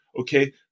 okay